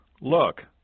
Look